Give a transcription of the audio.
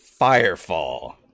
Firefall